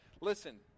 listen